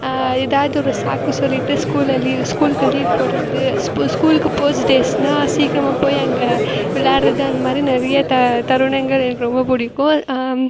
ஏதாவது ஒரு சாக்கு சொல்லிவிட்டு ஸ்கூலை லீவ் ஸ்கூல்க்கு லீவ் போடுறது ஸ் இப்போ ஸ்கூல்க்கு போர்ட்ஸ் டேஸ்னால் சீக்கிரமா போய் அங்கே விளாடுறது அந்தமாதிரி நிறைய த தருணங்கள் எனக்கு ரொம்ப பிடிக்கும்